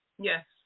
Yes